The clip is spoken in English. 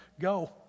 Go